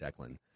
Declan